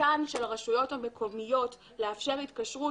הסמכתן של הרשויות המקומיות לאפשר התקשרות